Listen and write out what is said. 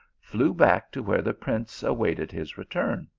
flew back to where the prince awaited his return.